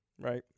right